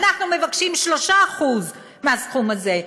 אנחנו מבקשים רק 3% מהסכום הזה,